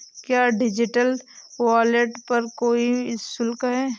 क्या digital wallet पर कोई शुल्क है?